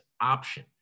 option